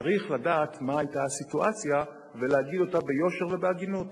צריך לדעת מה היתה הסיטואציה ולהגיד אותה ביושר ובהגינות.